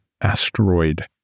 asteroid